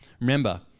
Remember